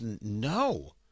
no